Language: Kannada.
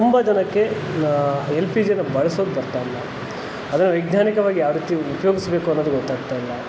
ತುಂಬ ಜನಕ್ಕೆ ಎಲ್ ಪಿ ಜಿನ ಬಳಸೋಕೆ ಬರ್ತಾಯಿಲ್ಲ ಅದನ್ನು ವೈಜ್ಞಾನಿಕವಾಗಿ ಯಾವರೀತಿ ಉಪಯೋಗಸ್ಬೇಕು ಅನ್ನೋದು ಗೊತ್ತಾಗ್ತಾಯಿಲ್ಲ